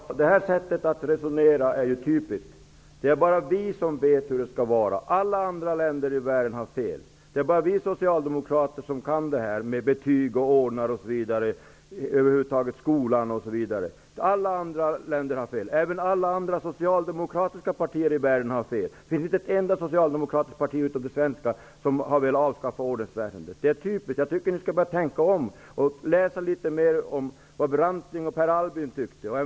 Fru talman! Det här sättet att resonera är typiskt. Socialdemokraterna säger: Det är bara vi som vet hur det skall vara. Alla andra länder i världen har fel. Det är bara vi socialdemokrater som kan det här med betyg, ordnar, skolan osv. Alla andra har fel, även alla andra socialdemokratiska partier i världen. Det finns inte ett enda socialdemokratiskt parti utom det svenska som har velat avskaffa ordensväsendet. Jag tycker att ni skall börja tänka om och läsa litet mer om vad Branting och Per Albin tyckte.